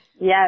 Yes